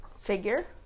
figure